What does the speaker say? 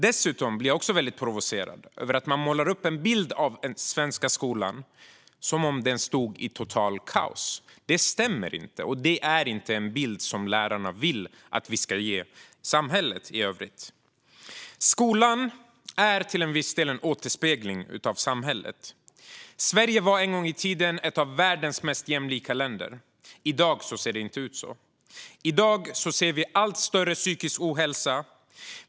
Dessutom blir jag väldigt provocerad av att man målar upp en bild av att den svenska skolan befinner sig i totalt kaos. Det stämmer inte, och det är inte en bild som lärarna vill att vi ska ge samhället i övrigt. Skolan är till viss del en återspegling av samhället. Sverige var en gång i tiden ett av världens mest jämlika länder. I dag ser det inte ut så. I dag ser vi allt större psykisk ohälsa.